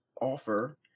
offer